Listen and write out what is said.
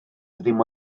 ddim